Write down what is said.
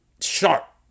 sharp